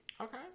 Okay